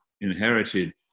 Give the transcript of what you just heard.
inherited